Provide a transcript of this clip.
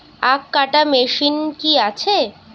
আখ কাটা মেশিন কি আছে?